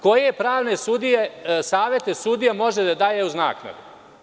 Koje pravne savete sudija može da daje uz naknadu?